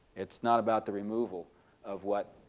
it's not about the removal of what